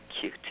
cute